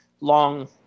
long